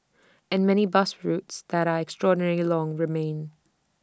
and many bus routes that are extraordinarily long remain